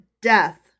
death